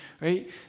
right